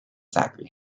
zachary